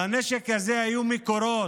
לנשק הזה היו מקורות,